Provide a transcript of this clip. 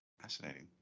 Fascinating